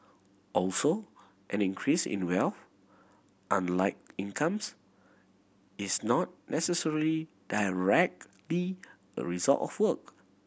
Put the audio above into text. also an increase in wealth unlike incomes is not necessarily directly a result of work